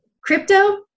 Crypto